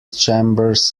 chambers